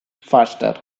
faster